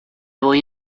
voy